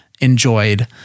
enjoyed